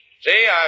See